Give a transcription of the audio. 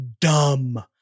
dumb